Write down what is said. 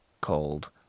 called